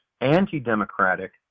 anti-democratic